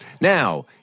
Now